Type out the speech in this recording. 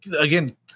again